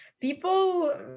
People